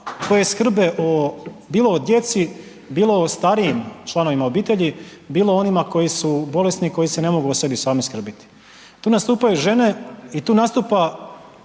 koje skrbe o, bilo o djeci, bilo o starijim članovima obitelji, bilo o onima koji su bolesni koji se ne mogu o sebi sam skrbiti. Tu nastupaju žene i tu nastupa